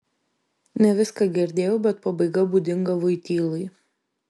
ne viską girdėjau bet pabaiga būdinga voitylai